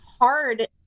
hard